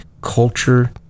culture